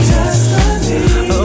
Destiny